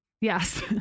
Yes